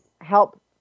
help